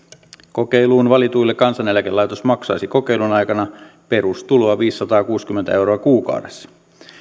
kokeiluun valituille kansaneläkelaitos maksaisi kokeilun aikana perustuloa viisisataakuusikymmentä euroa kuukaudessa